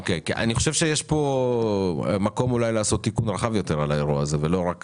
אולי יש פה מקום לעשות תיקון רחב יותר ולא רק